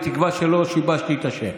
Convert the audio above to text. בתקווה שלא שיבשתי את השם.